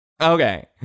Okay